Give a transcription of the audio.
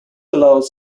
allows